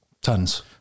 Tons